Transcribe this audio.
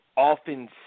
often